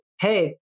Hey